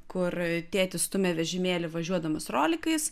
kur tėtis stumia vežimėlį važiuodamas rolikais